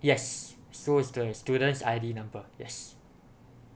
yes so is the student's I_D number yes